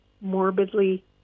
morbidly